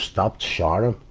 stopped showering.